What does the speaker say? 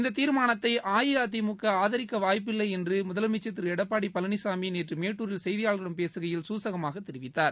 இந்தத் தீர்மானத்தை அஇஅதிமுக ஆதரிக்க வாய்ப்பில்லை என்று முதலமைச்சர் திரு எடப்பாடி பழனிசாமி நேற்று மேட்டுரில் செய்தியாளர்களிடம் பேசுகையில் சூசகமாகத் தெரிவித்தார்